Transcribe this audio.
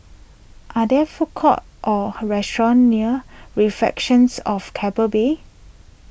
are there food courts or restaurants near Reflections of Keppel Bay